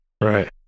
Right